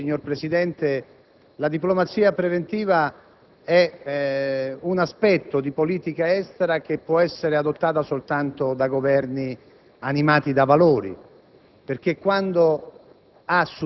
noi lo abbiamo fatto anche perché la diplomazia preventiva è un aspetto di politica estera che può essere adottato soltanto da Governi animati da valori.